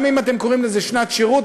גם אם אתם קוראים לזה "שנת שירות",